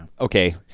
Okay